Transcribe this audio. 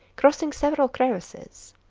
crossing several crevasses.